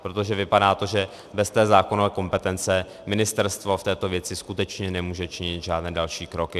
Protože vypadá té, že bez té zákonné kompetence ministerstvo v této věci skutečně nemůže činit žádné další kroky.